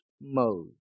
mode